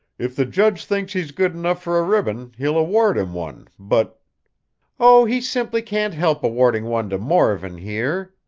if the judge thinks he's good enough for a ribbon he'll award him one. but oh, he simply can't help awarding one to morven, here!